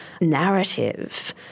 narrative